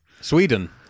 Sweden